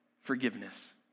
forgiveness